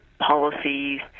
policies